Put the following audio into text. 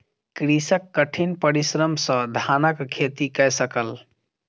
कृषक कठिन परिश्रम सॅ धानक खेती कय सकल